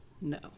no